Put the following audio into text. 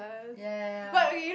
ya ya ya